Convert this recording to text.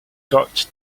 got